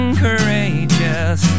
courageous